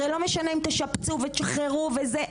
הרי לא משנה אם תשפצו ותשחררו וזה,